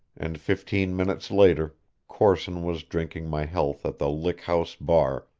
and fifteen minutes later corson was drinking my health at the lick house bar,